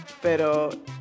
Pero